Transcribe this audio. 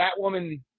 Batwoman